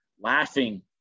laughing